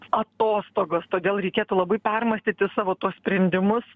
atostogos todėl reikėtų labai permąstyti savo tuos sprendimus